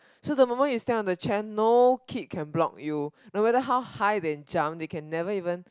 so the moment you stand on the chair no kid can block you no matter how high they jump they can never even